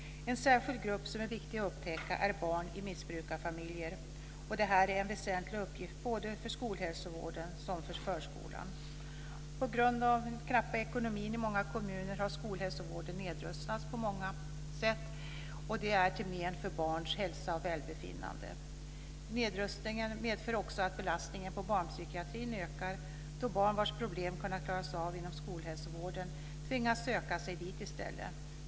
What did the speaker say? En särskild grupp som är viktig att upptäcka är barn i missbrukarfamiljer. Detta är en väsentlig uppgift både för skolhälsovården och för förskolan. På grund av den knappa ekonomin i många kommuner har skolhälsovården nedrustats på många sätt till men för barns hälsa och välbefinnande. Nedrustningen medför också att belastningen på barnpsykiatrin ökar, då barn vars problem kunnat klaras av inom skolhälsovården tvingas söka sig dit i stället.